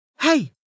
Hey